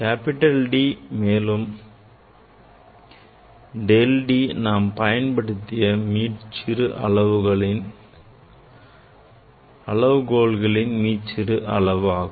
capital D மேலும் delta D நாம் பயன்படுத்திய மீட்டர் அளவுகோலின் மீச்சிறு அளவாகும்